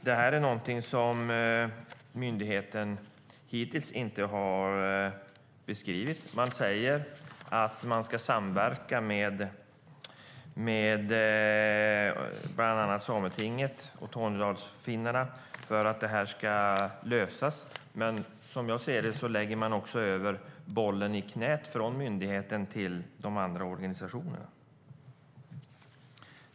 Det här är någonting som myndigheten hittills inte har beskrivit. Man säger att man ska samverka med bland annat sametinget och tornedalsfinnarna för att det här ska lösas, men som jag ser det lägger man över bollen från myndigheten i knät på andra organisationer.